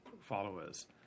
followers